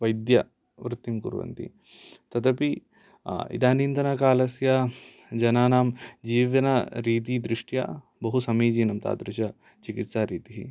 वैद्यवृत्तिं कुर्वन्ति तदपि इदानींतनकालस्य जनानां जीवनम् रीति दृष्ट्या बहु समीचीनम् तादृश चिकित्सा रीतिः